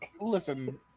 listen